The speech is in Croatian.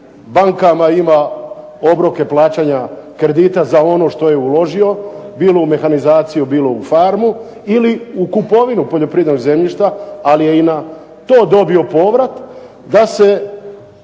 bankama, ima obroke plaćanja kredita za ono što je uložio. Bilo u mehanizaciju, bilo u farmu ili u kupovinu poljoprivrednog zemljišta, ali je i na to dobio povrat da u